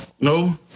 no